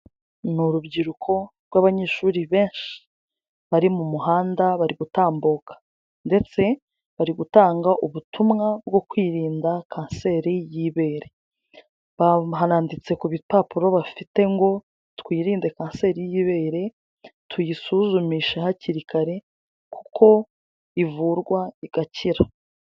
Ni urubyiruko rw'abanyeshuri benshi bari mu muhanda bari gutambuka ndetse bari gutanga ubutumwa bwo kwirinda kanseri y'ibere, haranditse ku bipapuro bafite ngo twirinde kanseri y'ibere, tuyisuzumisha hakiri kare kuko ivurwa igakira.